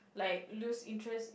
like lose interest in